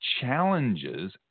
challenges